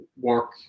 work